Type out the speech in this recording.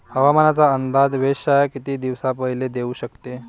हवामानाचा अंदाज वेधशाळा किती दिवसा पयले देऊ शकते?